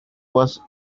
was